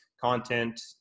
content